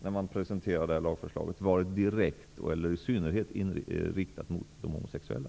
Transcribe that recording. När man presenterar lagförslaget säger man att den inte riktas i synnerhet mot de homosexuella.